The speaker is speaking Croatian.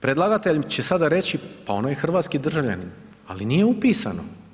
Predlagatelj će sada reći pa ono je hrvatski državljanin, ali nije upisano.